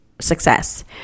success